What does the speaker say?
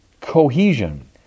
cohesion